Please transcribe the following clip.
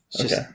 Okay